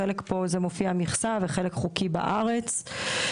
חלק מופיע מכסה וחלק חוקי בארץ.